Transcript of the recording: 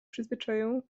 przyzwyczają